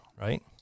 right